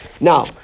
Now